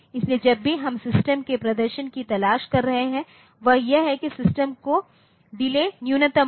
इसलिए जब भी हम सिस्टम के प्रदर्शन की तलाश कर रहे हैं वह यह है कि सिस्टम का डिले न्यूनतम हो